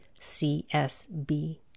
CSB